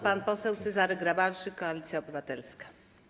Pan poseł Cezary Grabarczyk, Koalicja Obywatelska.